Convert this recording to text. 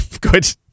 Good